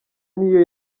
niyo